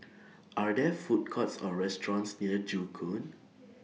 Are There Food Courts Or restaurants near Joo Koon